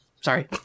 Sorry